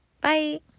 Bye